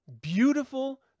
beautiful